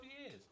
years